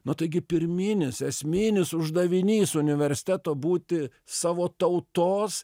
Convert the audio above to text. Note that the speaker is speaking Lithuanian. na taigi pirminis esminis uždavinys universiteto būti savo tautos